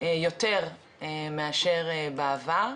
יותר מאשר בעבר.